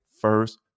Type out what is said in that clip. first